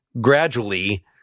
gradually